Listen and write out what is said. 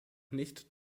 nicht